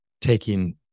taking